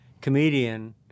comedian